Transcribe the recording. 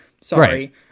sorry